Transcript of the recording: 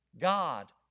God